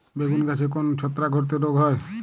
বেগুন গাছে কোন ছত্রাক ঘটিত রোগ হয়?